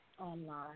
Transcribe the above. Online